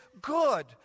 good